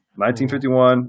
1951